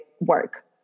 work